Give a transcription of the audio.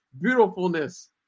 beautifulness